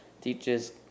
teaches